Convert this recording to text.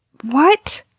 what?